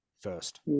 first